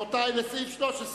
סעיף 13,